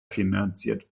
finanziert